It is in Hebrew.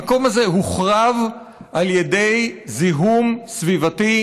המקום הזה הוחרב על ידי זיהום סביבתי